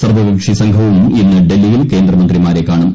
സർവകക്ഷി സംഘവും ഇന്ന് ഡൽഹിയിൽ കേന്ദ്രമന്ത്രിമാരെ കാണും